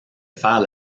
faire